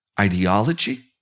ideology